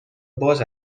باز